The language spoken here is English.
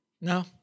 No